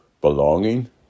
belonging